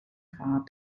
grad